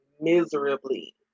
miserably